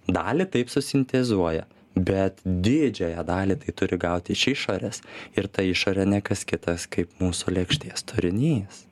dalį taip susintezuoja bet didžiąją dalį tai turi gauti iš išorės ir ta išorė ne kas kitas kaip mūsų lėkštės turinys